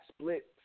split